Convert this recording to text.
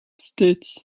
states